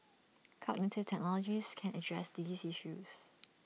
cognitive technologies can address these issues